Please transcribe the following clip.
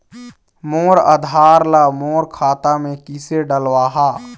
मोर आधार ला मोर खाता मे किसे डलवाहा?